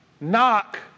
knock